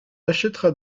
achèteras